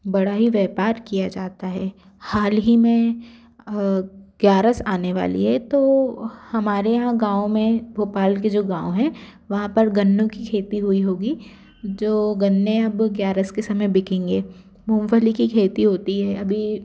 बड़ा ही व्यापार किया जाता है हाल ही में ग्यारस आने वाली है तो हमारे यहाँ गाँव में भोपाल के जो गाँव हैं वहाँ पर गन्नों की खेती हुई होगी जो गन्ने अब ग्यारस के समय बिकेंगे मूँगफली की खेती होती है अभी